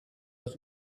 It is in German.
aus